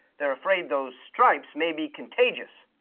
they're afraid those stripes may be contagious.